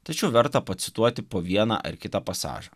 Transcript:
tačiau verta pacituoti po vieną ar kitą pasažą